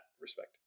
respect